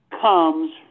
comes